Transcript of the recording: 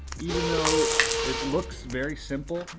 even though it looks very simple.